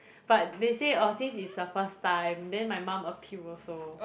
but they say oh since it's the first time then my mum appealed also